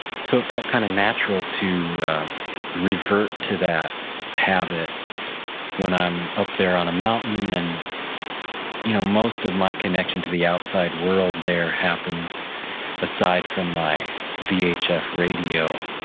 so, it felt kind of natural to revert to that habit when i'm up there on a mountain and you know most of my connection to the outside world there happens aside from my vhf radio,